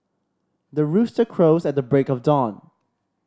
the rooster crows at the break of dawn